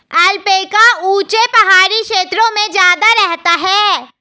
alpaca ऊँचे पहाड़ी क्षेत्रों में ज्यादा रहता है